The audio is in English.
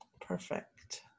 perfect